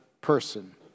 person